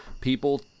people